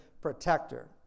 protector